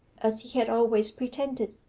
as he had always pretended,